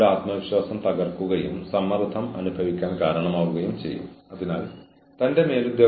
എന്ത് വിലകൊടുത്തും അല്ല കഴിയുന്നത്ര ന്യായമായ രീതിയിൽ